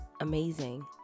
amazing